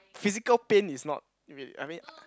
physical pain is not wait I mean